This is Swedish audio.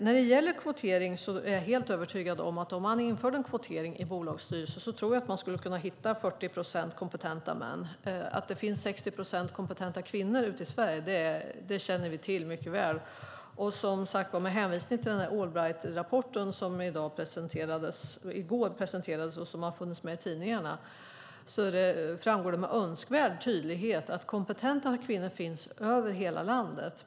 När det gäller kvotering är jag helt övertygad om att om man införde en lagstiftning om kvotering i bolagsstyrelser skulle man kunna hitta 40 procent kompetenta män. Att det finns 60 procent kompetenta kvinnor ute i Sverige känner vi till mycket väl. Med hänvisning till Allbrightrapporten som presenterades i går och som det har skrivits om i tidningarna framgår det med all önskvärd tydlighet att kompetenta kvinnor finns över hela landet.